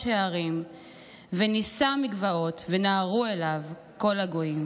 ההרים ונישא מגבעות ונהרו אליו כל הגוים,